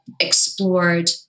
explored